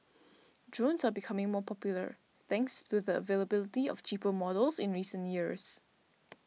drones are becoming more popular thanks to the availability of cheaper models in recent years